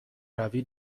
روی